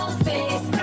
space